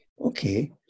okay